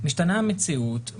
משתנה המציאות,